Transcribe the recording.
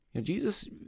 Jesus